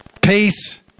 peace